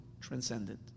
transcendent